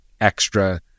extra